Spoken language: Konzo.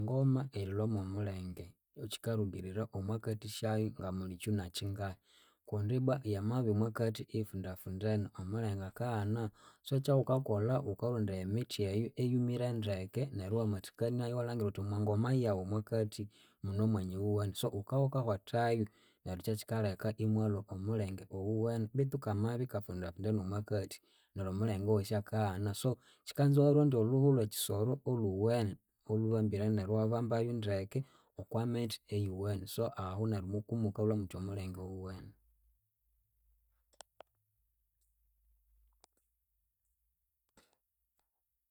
Engoma erilwa mwomulenge kyikalhukirira omwakathi syayu ngamuli kyuna kyingahi kundibwa yamabya omwakathi iyifundafundene omulenge akaghana. So ekyawukakolha wukarondaya emithi eyu eyumire ndeke neryu iwamathikaniayu iwalhangira wuthi omwangoma yawu omwakathi mune omwanya owuwene. So wukawukawathayu neryu kyekyikaleka imwalwa omulhenge owuwene betu kama kafundafundene omwakathi neryu omulenge owosi akaghana so kyikanza iwarondya olhuhu lwekyisoro olhuwene olhubambire neryu iwabambayu ndeke okwamithi eyuwene ahu neryu kumukalwa muthya omulhenge owuwene.